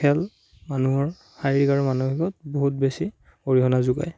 খেল মানুহৰ শাৰীৰিক আৰু মানসিকত বহুত বেছি অৰিহণা যোগায়